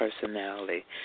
personality